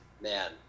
man